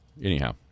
Anyhow